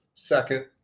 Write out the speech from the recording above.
second